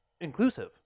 inclusive